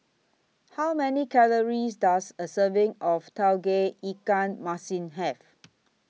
How Many Calories Does A Serving of Tauge Ikan Masin Have